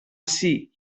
ací